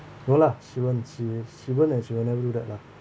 no lah she won't she she won't and she will never do that lah